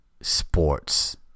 sports